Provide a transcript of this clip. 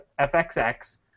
FXX